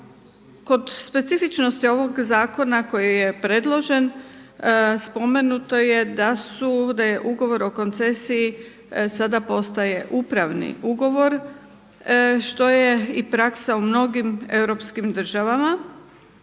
Kod specifičnosti ovog zakona koji je predložen spomenuto je da su, da je ugovor o koncesiji sada postaje upravni ugovor što je i praksa u mnogim europskim državama.